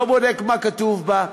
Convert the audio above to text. לא בודק מה כתוב בה,